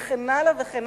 ויש לי עוד דוגמאות.